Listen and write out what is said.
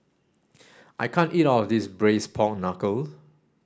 I can't eat all of this braise pork knuckle